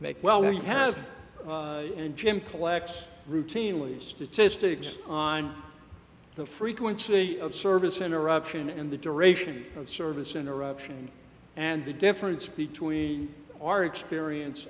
make well he has and jim collects routinely statistics on the frequency of service interruption and the duration of service interruption and the difference between our experience